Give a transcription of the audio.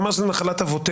הוא אמר שזו נחלת אבותינו.